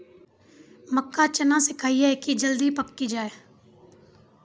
मक्का चना सिखाइए कि जल्दी पक की जय?